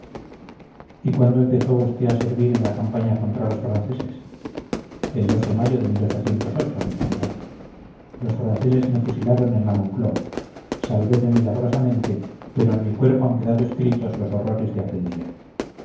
y cuándo empezó usted a servir en la campaña contra los franceses el de mayo de mi general los franceses me fusilaron en la moncloa salveme milagrosamente pero en mi cuerpo han quedado escritos los horrores de aquel día